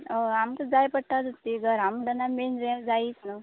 हय आमकां जाय पडटा तूं ती घरा म्हणटना बीन जे जायीच न्हू